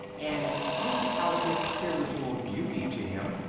and pointed out his spiritual duty to him,